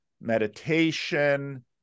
meditation